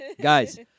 Guys